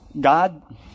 God